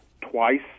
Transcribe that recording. twice